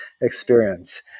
experience